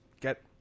get